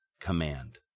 command